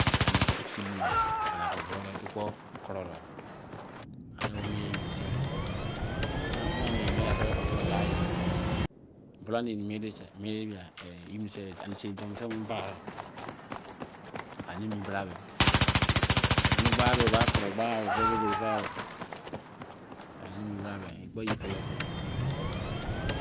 Ani ofu feelin me ani bodi ye kpo kororo. ani mie yesei. aneme mie hosptal-kye, bra mie ye sei ke. sei don sei mine bra. de ani mein bra mein o- ba kuro gba pele de egberi fa.